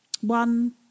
one